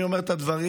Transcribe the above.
אני אומר את הדברים.